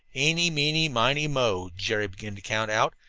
eenie, meenie, minie, mo, jerry began to count out,